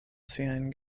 siajn